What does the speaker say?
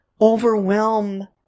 overwhelm